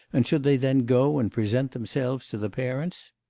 and should they then go and present themselves to the parents.